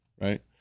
right